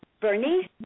Bernice